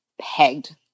pegged